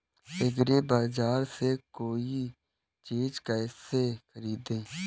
एग्रीबाजार से कोई चीज केसे खरीदें?